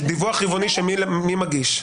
דיווח רבעוני שמי מגיש?